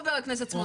ח"כ סמוטריץ'?